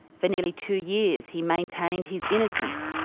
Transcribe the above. for nearly two years he maintained his innocence.